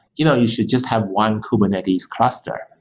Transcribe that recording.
you know you should just have one kubernetes cluster.